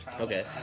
okay